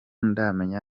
ndamenya